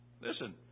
Listen